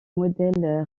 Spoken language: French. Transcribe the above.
modèle